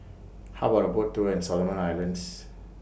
How about A Boat Tour in Solomon Islands